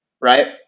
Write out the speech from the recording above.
right